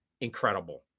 incredible